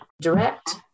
direct